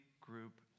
group